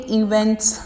events